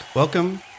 Welcome